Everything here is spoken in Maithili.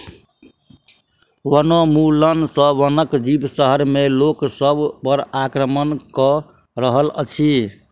वनोन्मूलन सॅ वनक जीव शहर में लोक सभ पर आक्रमण कअ रहल अछि